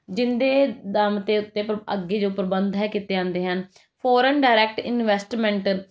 ਜਿਹਦੇ ਦਮ ਦੇ ਉੱਤੇ ਪਰ ਅੱਗੇ ਜੋ ਪ੍ਰਬੰਧ ਹੈ ਕੀਤੇ ਜਾਂਦੇ ਹਨ ਫੋਰਨ ਡਾਇਰੈਕਟ ਇਨਵੈਸਟਮੈਂਟ